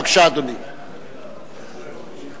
בבקשה, אדוני.